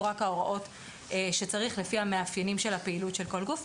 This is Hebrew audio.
רק ההוראות שצריך לפי המאפיינים של הפעילות של כל גוף.